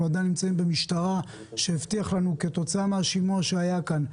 אנחנו עדיין נמצאים במשטרה שהבטיחה לנו כתוצאה מהשימוע שהיה כאן,